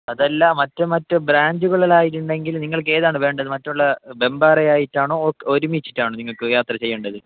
അതല്ല മറ്റു മറ്റ് ബ്രാഞ്ചുകളിലായിട്ട് ഉണ്ടെങ്കിൽ നിങ്ങൾക്ക് ഏതാണ് വേണ്ടത് മറ്റുള്ള വെബേറെയായിട്ടാണോ ഒരുമിച്ചിട്ടാണോ നിങ്ങൾക്ക് യാത്ര ചെയ്യേണ്ടത്